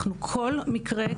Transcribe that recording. כל מקרה,